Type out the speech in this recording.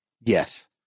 Yes